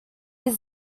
his